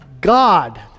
God